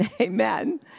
Amen